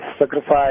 sacrifice